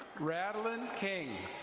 radelynn cane.